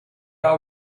are